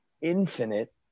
infinite